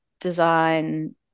design